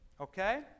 Okay